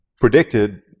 predicted